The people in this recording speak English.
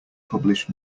published